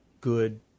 good